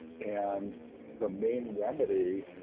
and the main remedy,